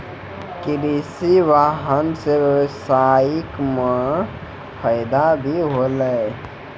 कृषि वाहन सें ब्यबसाय म फायदा भी होलै